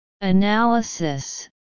Analysis